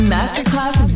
Masterclass